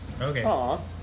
Okay